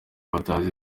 batazi